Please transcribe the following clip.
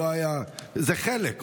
זה חלק.